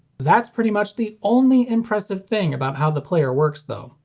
that's pretty much the only impressive thing about how the player works, though.